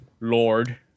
lord